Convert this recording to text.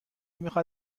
میخاد